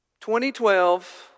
2012